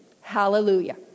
Hallelujah